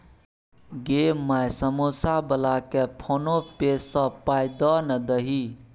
गै माय समौसा बलाकेँ फोने पे सँ पाय दए ना दही